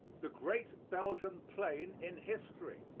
the great belgium plain in history